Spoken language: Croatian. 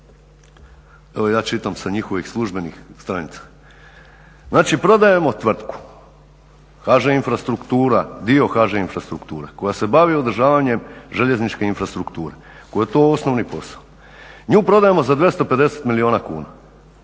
Evo, ja čitam sa njihovih službenih stranica. Znači, prodajemo tvrtku, HŽ infrastruktura, dio HŽ infrastrukture koja se bavi održavanjem željezničke infrastrukture kojoj je to osnovni posao, mi prodajemo za 250 milijuna kuna,